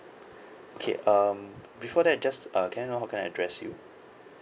okay um before that just err can I know how can I address you